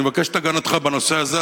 אני מבקש את הגנתך בנושא הזה,